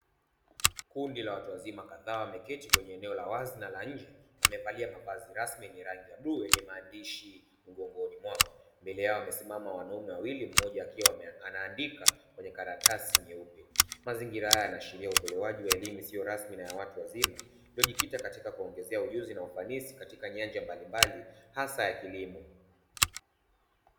Kundi la watu wazima kadhaa wameketi kwenye eneo la wazi na la nje amevalia mavazi rasmi yenye rangi ya bluu, yenye maandishi mgongoni mwao mbele yao wamesimama wanaume wawili mmoja akiwa anaandika kwenye karatasi nyeupe. Mazingira haya yanaashiria utolewaji wa elimu isiyo rasmi na ya watu wazima, iliyokita katika kuwaongezea ujuzi na ufanisi katika nyanja mbalimbali hasa ya kilimo.